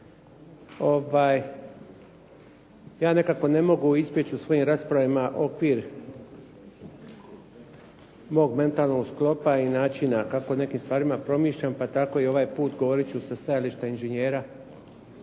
Ja nekako ne mogu izbjeći u svojim raspravama okvir mog mentalnog sklopa i načina kako o nekim stvarima promišljam, pa tako i ovaj put, govorit ću sa stajališta inženjera